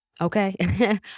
Okay